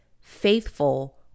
faithful